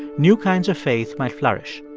new kinds of faith might flourish